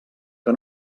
que